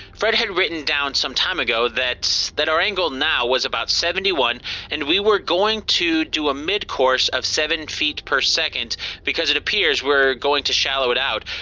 fred had written down, some time ago, that that our angle now was about seventy one and we were going to do a midcourse of seven feet per second because it appears that we're going to shallow it out.